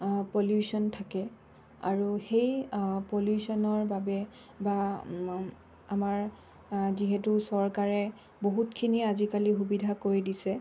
pollution থাকে আৰু সেই পলিউশ্যনৰ বাবে বা আমাৰ যিহেতু চৰকাৰে বহুতখিনি আজিকালি সুবিধা কৰি দিছে